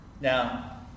Now